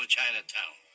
Chinatown